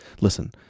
listen